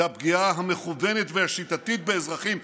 זה הפגיעה המכוונת והשיטתית באזרחים.